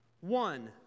one